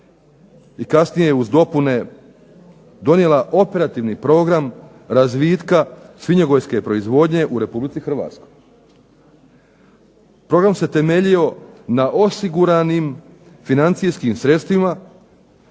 i kasnije uz dopune donijela operativni program razvitka svinjogojske proizvodnje u Republici Hrvatskoj. Program se temeljio na osiguranim financijskim sredstvima